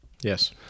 Yes